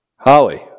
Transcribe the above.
Holly